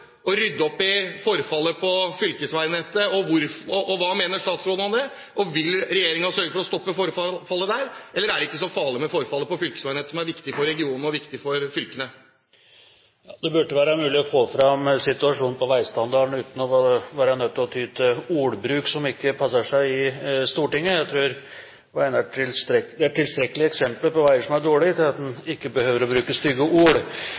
rydde opp i forfallet på fylkesveinettet? Hva mener statsråden om det? Vil regjeringen sørge for å stoppe forfallet der? Eller er det ikke så farlig med forfallet på fylkesveinettet, som er viktig for regionene og viktig for fylkene? Det burde være mulig å få fram situasjonen på veistandarden uten å være nødt til å ty til ordbruk som ikke passer seg i Stortinget. Jeg tror det er tilstrekkelige eksempler på veier som er dårlige, så man behøver ikke bruke stygge ord!